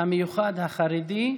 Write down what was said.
המיוחד החרדי.